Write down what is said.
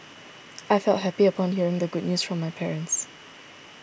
I felt happy upon hearing the good news from my parents